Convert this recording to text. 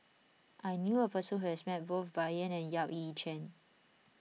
I knew a person who has met both Bai Yan and Yap Ee Chian